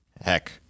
heck